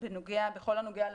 בכל הנוגע לתחנות,